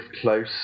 close